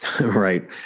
right